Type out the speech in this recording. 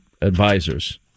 advisors